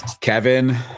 Kevin